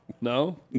No